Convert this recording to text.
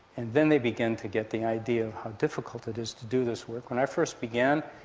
and then they begin to get the idea of how difficult it is to do this work. when i first began,